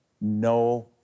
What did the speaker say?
no